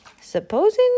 Supposing